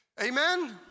Amen